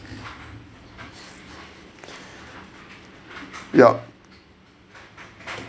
yup